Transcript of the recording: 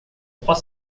trois